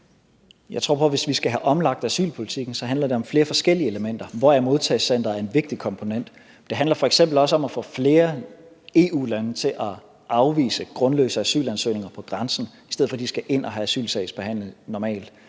Jeg tror på, at hvis vi skal have omlagt asylpolitikken, handler det om flere forskellige elementer, hvoraf modtagecenteret er en vigtig komponent. Det handler f.eks. også om at få flere EU-lande til at afvise grundløse asyl-ansøgninger på grænsen, i stedet for at flygtninge skal ind og have normal asylsagsbehandling.